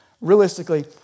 realistically